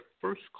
first